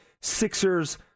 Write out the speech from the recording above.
Sixers